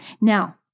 Now